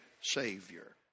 Savior